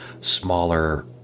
smaller